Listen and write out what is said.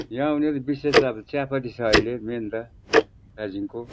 यहाँ हुनेहरू विशेष त अब चियापत्ती छ अहिले मेन त दार्जिलिङको